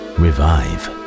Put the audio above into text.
revive